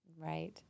Right